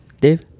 Dave